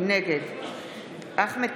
נגד אחמד